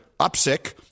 Upsick